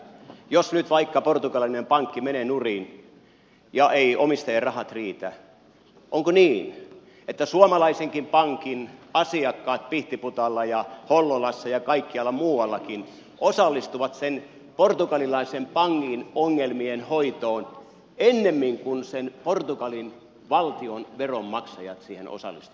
jos nyt vaikka portugalilainen pankki menee nurin ja omistajien rahat eivät riitä onko niin että suomalaisenkin pankin asiakkaat pihtiputaalla ja hollolassa ja kaikkialla muuallakin osallistuvat sen portugalilaisen pankin ongelmien hoitoon ennemmin kuin portugalin valtion veronmaksajat siihen osallistuvat